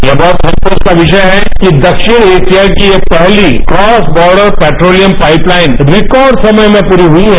यह बहुत संतोष का विषय है कि दक्षिण एशिया की यह पहली cross border petroleum pipeline record समय में पूरी हुई है